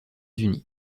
unis